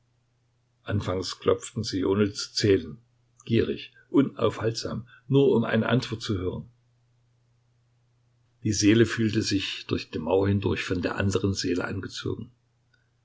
anfangs klopften sie ohne zu zählen gierig unaufhaltsam nur um eine antwort zu hören die seele fühlte sich durch die mauer hindurch von der andern seele angezogen